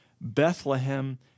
Bethlehem